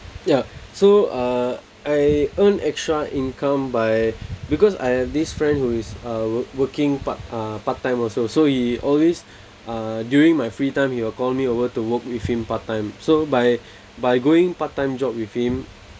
ya so uh I earn extra income by because I have this friend who is uh wor~ working part uh part time also so he always uh during my free time he will call me over to work with him part time so by by going part time job with him